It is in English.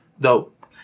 dope